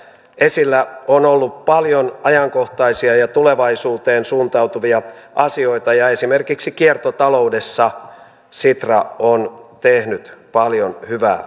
esillä on ollut paljon ajankohtaisia ja tulevaisuuteen suuntautuvia asioita ja esimerkiksi kiertotaloudessa sitra on tehnyt paljon hyvää